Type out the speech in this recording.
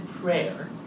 prayer